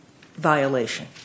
violation